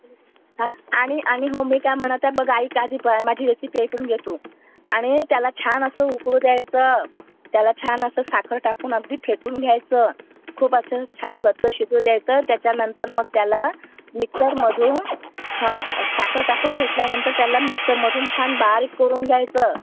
हा आणि आणि हो मी काय म्हणत आहे बघ ऐक आधी माझी रेसिपी ऐकून घे तू आणि त्याला छान असं उकळू द्यायचं त्याला छान असं साखर टाकून अगदी फेटून घ्यायचं खूप असं छान घट्ट शिजू द्यायचं त्याच्यानंतर मग त्याला मिक्सरमधून हा साखर टाकून फेटल्यानंतर त्याला मिक्सरमधून छान बारीक करून घ्यायचं